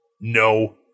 No